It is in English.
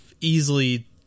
easily